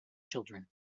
children